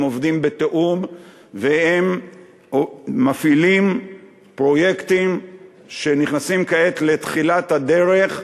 הם עובדים בתיאום והם מפעילים פרויקטים שנכנסים כעת לתחילת הדרך,